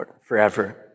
forever